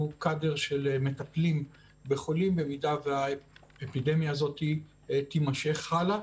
קאדר של מטפלים בחולים במידה והאפידמיה הזאת תימשך הלאה,